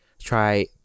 try